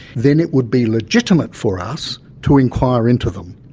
then it would be legitimate for us to inquire into them.